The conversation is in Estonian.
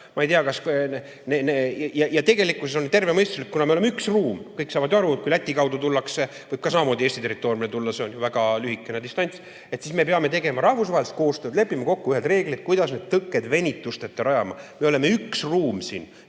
tõkete rajamist. Ja tegelikkuses on nüüd tervemõistuslik, et kuna me oleme üks ruum – kõik saavad ju aru, et kui Läti kaudu tullakse, võidakse samamoodi ka Eesti territooriumile tulla, see on väga lühike distants –, siis me peame tegema rahvusvahelist koostööd, leppima kokku ühised reeglid, kuidas need tõkked venitusteta rajada. Me oleme üks ruum siin